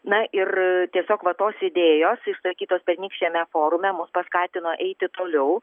na ir tiesiog va tos idėjos išsakytos pernykščiame forume mus paskatino eiti toliau